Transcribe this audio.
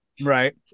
Right